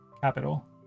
capital